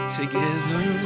together